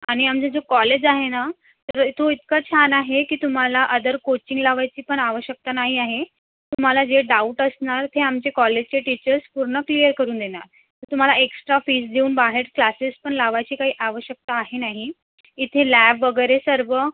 आणि आमचं जे कॉलेज आहे ना ते तो इतका छान आहे की तुम्हाला अदर कोचिंग लावायची पण आवश्यकता नाही आहे तुम्हाला जे डाउट असणार ते आमचे कॉलेजचे टीचर्स पूर्ण क्लियर करून देणार तर तुम्हाला एक्सट्रा फीस देऊन बाहेर क्लासेस पण लावायची काही आवश्यकता आहे नाही इथे लॅब वगैरे सर्व